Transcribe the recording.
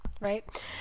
right